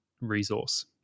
resource